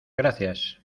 gracias